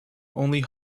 only